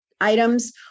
items